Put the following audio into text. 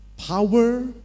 Power